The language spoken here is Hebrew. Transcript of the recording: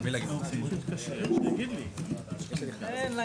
הישיבה ננעלה